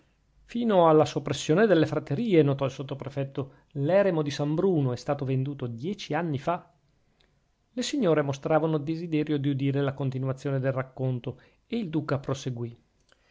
fino alla soppressione delle fraterie notò il sottoprefetto l'eremo di san bruno è stato venduto dieci anni fa le signore mostravano desiderio di udire la continuazione del racconto e il duca proseguì